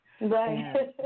Right